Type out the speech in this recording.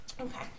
Okay